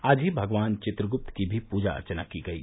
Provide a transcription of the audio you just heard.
आज ही भगवान चित्रगुप्त की भी पूजा अर्चना की गयी